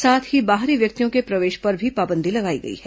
साथ ही बाहरी व्यक्तियों के प्रवेश पर भी पाबंदी लगाई गई है